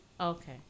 okay